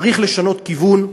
צריך לשנות כיוון: